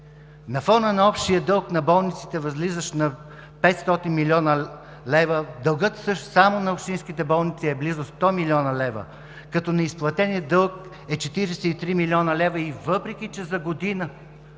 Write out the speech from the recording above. На фона на общия дълг на болниците, възлизащ на 500 млн. лв., дългът само на общинските болници е близо 100 млн. лв., като неизплатеният дълг е 43 млн. лв. и, въпреки че за година